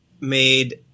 made